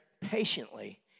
patiently